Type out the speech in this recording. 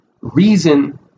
reason